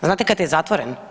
Znate kad je zatvoren?